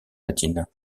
latine